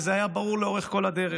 וזה היה ברור לאורך כל הדרך.